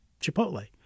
Chipotle